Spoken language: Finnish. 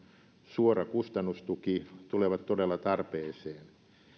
suora kustannustuki tulevat todella tarpeeseen